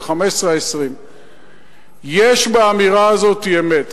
ה-15 20. יש באמירה הזאת אמת.